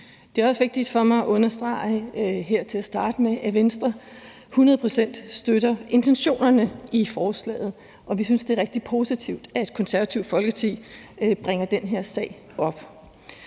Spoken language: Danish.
Det er også vigtigt for mig at understrege her til at starte med, at Venstre hundrede procent støtter intentionerne i forslaget, og vi synes, det er rigtig positivt, at Det Konservative Folkeparti bringer den her sag op,